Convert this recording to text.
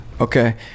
Okay